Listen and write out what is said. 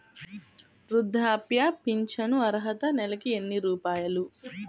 వృద్ధాప్య ఫింఛను అర్హత నెలకి ఎన్ని రూపాయలు?